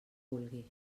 vulgui